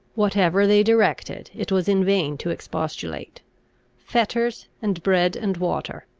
whatever they directed, it was in vain to expostulate fetters, and bread and water,